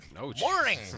Warning